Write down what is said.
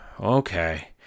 Okay